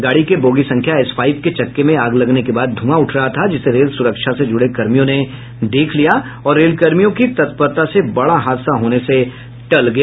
गाड़ी के बोगी संख्या एस फाईव के चक्के में आग लगने के बाद धुंआ उठ रहा था जिसे रेल सुरक्षा से जुड़े कर्मियों ने देख लिया और रेलकर्मियों की तत्परता से बड़ा हादसा होने से टल गया